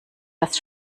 dass